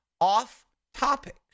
off-topic